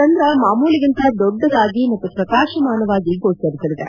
ಚಂದ್ರ ಮಾಮೂಲಿಗಿಂತ ದೊಡ್ಡದಾಗಿ ಮತ್ತು ಪ್ರಕಾಶಮಾನವಾಗಿ ಗೋಚರಿಸಲಿದೆ